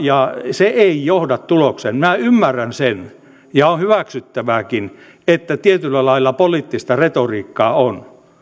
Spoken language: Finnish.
se ei johda tulokseen minä ymmärrän sen ja on hyväksyttävääkin että tietyllä lailla poliittista retoriikkaa on